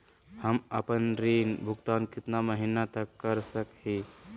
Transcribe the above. हम आपन ऋण भुगतान कितना महीना तक कर सक ही?